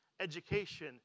education